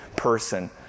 person